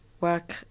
work